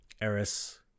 Eris